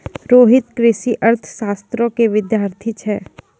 रोहित कृषि अर्थशास्त्रो के विद्यार्थी छै